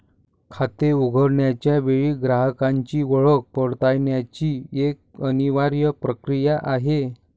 खाते उघडण्याच्या वेळी ग्राहकाची ओळख पडताळण्याची एक अनिवार्य प्रक्रिया आहे